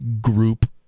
group